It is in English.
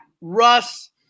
Russ